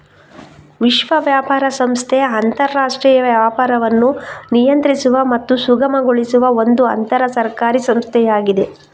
ವಿಶ್ವ ವ್ಯಾಪಾರ ಸಂಸ್ಥೆ ಅಂತರಾಷ್ಟ್ರೀಯ ವ್ಯಾಪಾರವನ್ನು ನಿಯಂತ್ರಿಸುವ ಮತ್ತು ಸುಗಮಗೊಳಿಸುವ ಒಂದು ಅಂತರ ಸರ್ಕಾರಿ ಸಂಸ್ಥೆಯಾಗಿದೆ